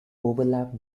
overlap